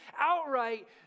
outright